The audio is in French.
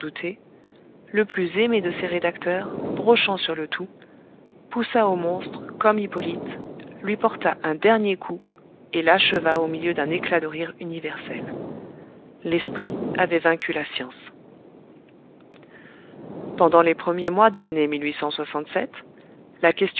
le plus aimé de ses rédacteurs brochant sur le tout poussa au monstre comme hippolyte lui porta un dernier coup et l'acheva au milieu d'un éclat de rire universel l'esprit avait vaincu la science pendant les premiers mois de l'année la